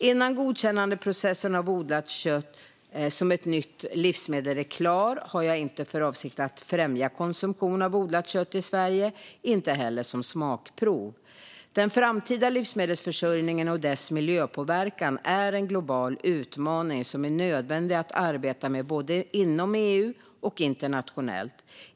Innan godkännandeprocessen av odlat kött som ett nytt livsmedel är klar har jag inte för avsikt att främja konsumtion av odlat kött i Sverige, inte heller som smakprov. Den framtida livsmedelsförsörjningen och dess miljöpåverkan är en global utmaning som är nödvändig att arbeta med både inom EU och internationellt.